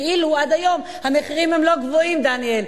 כאילו עד היום המחירים הם לא גבוהים, דניאל.